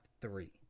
three